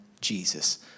Jesus